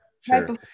sure